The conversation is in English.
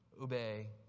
obey